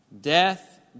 death